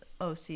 OC